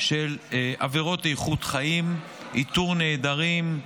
של עבירות איכות חיים, איתור נעדרים,